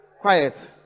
quiet